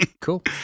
cool